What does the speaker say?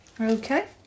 Okay